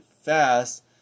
fast